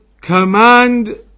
command